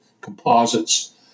composites